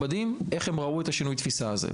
איך הם ראו את שינוי התפיסה הזה.